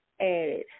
added